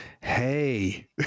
Hey